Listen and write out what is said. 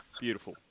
Beautiful